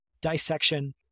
dissection